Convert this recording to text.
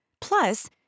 Plus